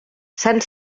sant